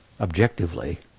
objectively